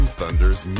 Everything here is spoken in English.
Thunders